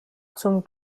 zum